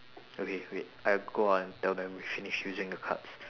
okay wait I go out and tell them we finish using the cards